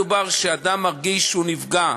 כאן מדובר שאדם מרגיש שהוא נפגע.